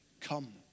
come